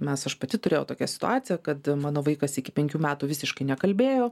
mes aš pati turėjau tokią situaciją kad mano vaikas iki penkių metų visiškai nekalbėjo